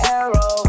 arrow